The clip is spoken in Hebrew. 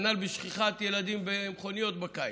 כנ"ל בשכחת ילדים במכוניות בקיץ.